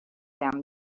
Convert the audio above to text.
them